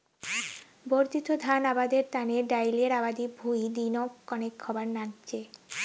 বর্ধিত ধান আবাদের তানে ডাইলের আবাদি ভুঁই দিনং কণেক হবার নাইগচে